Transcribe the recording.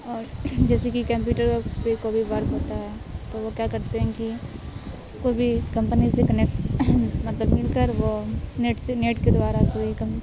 اور جیسے کہ کمپیوٹر کا پہ کبھی ورک ہوتا ہے تو وہ کیا کرتے ہیں کہ کوئی بھی کمپنی سے کنیکٹ مطلب مل کر وہ نیٹ سے نیٹ کے دوارا کوئی کم